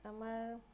আমাৰ